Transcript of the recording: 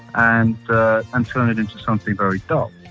and ah um turn it into something very dull